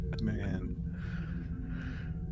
Man